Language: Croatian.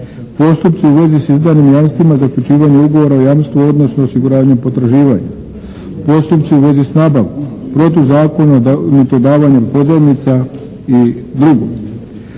postupci u vezi s izdanim jamstvima, zaključivanje ugovora o jamstvu odnosno osiguravanju potraživanja, postupci u vezi s nabavkom, protuzakonito davanje pozajmica i drugo.